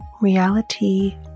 reality